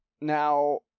Now